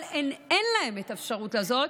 אבל אין להן את האפשרות הזאת.